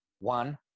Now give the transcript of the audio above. one